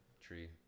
tree